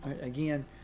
Again